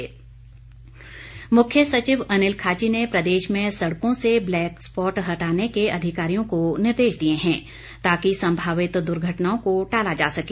मुख्य सचिव मुख्य सचिव अनिल खाची ने प्रदेश में सड़कों से ब्लैक स्पॉट हटाने के अधिकारियों को निर्देश दिए हैं ताकि संभावित दुर्घटनाओं को टाला जा सके